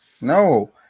No